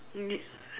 you mean